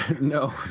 no